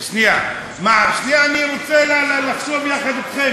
שנייה, אני רוצה לחשוב יחד אתכם.